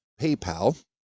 PayPal